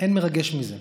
אין מרגש מזה.